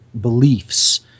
beliefs